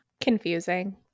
confusing